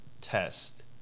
test